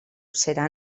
serà